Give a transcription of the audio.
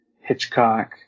hitchcock